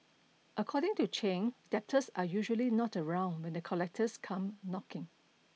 according to Chen debtors are usually not around when the collectors come knocking